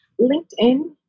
LinkedIn